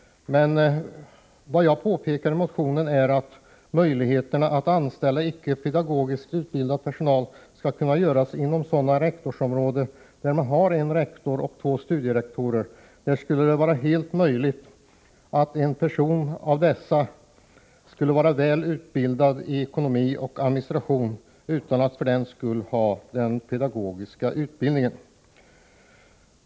Men det jag påpekar i motionen är att möjlighet att anställa icke pedagogiskt utbildad personal skulle kunna ges sådana rektorsområden där man har en rektor och två studierektorer. I sådana fall borde det vara helt möjligt att bortse från kravet på pedagogisk utbildning för en av tjänsterna och enbart kräva god utbildning i ekonomi och administration.